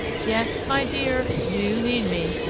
yes, my dear, you need me.